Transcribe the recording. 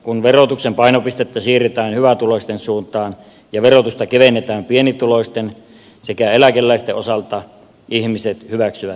kun verotuksen painopistettä siirretään hyvätuloisten suuntaan ja verotusta kevennetään pienituloisten sekä eläkeläisten osalta ihmiset hyväksyvät toimenpiteet